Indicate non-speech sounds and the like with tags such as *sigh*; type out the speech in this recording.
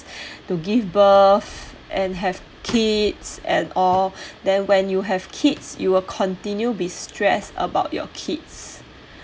*breath* to give birth and have kid and all then when you have kid you will continue be stressed about your kid